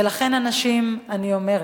ולכן, הנשים, אני אומרת: